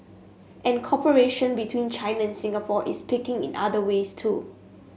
and cooperation between China and Singapore is picking in other ways too